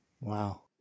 Wow